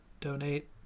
donate